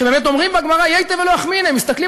שבאמת אומרים בגמרא "ייתי ולא אחמיניה"; מסתכלים